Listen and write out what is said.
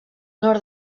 nord